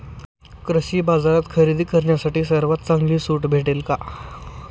कृषी बाजारात खरेदी करण्यासाठी सर्वात चांगली सूट भेटेल का?